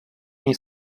nei